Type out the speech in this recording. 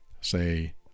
Say